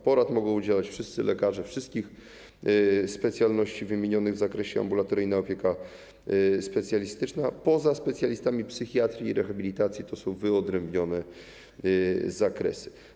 Porad mogą udzielać wszyscy lekarze wszystkich specjalności wymienionych w zakresie: ambulatoryjna opieka specjalistyczna, poza specjalistami psychiatrii i rehabilitacji - to są wyodrębnione zakresy.